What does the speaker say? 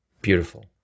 Beautiful